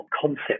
concept